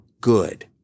good